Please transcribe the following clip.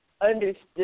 understood